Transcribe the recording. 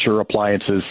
appliances